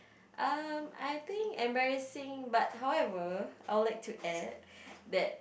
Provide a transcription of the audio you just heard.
um I think embarrassing but however I would like to add that